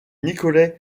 nicolae